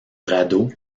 radeau